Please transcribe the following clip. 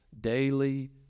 Daily